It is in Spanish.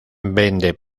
vende